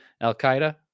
Al-Qaeda